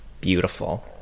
Beautiful